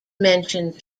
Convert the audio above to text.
mentioned